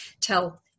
tell